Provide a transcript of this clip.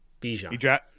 Bijan